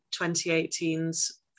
2018's